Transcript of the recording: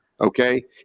okay